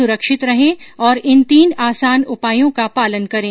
सुरक्षित रहें और इन तीन आसान उपायों का पालन करें